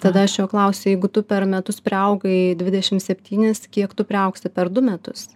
tada aš jo klausiu jeigu tu per metus priaugai dvidešim septynis kiek tu priaugsi per du metus